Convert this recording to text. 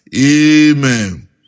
Amen